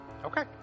Okay